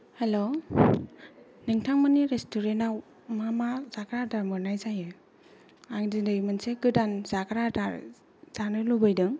hello नोंथांमोननि रेस्टुरेन्ताव मा मा जाग्रा आदार मोन्नाय जायो आं दिनै मोनसे गोदान जाग्रा आदार जानो लुबैदों